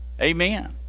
Amen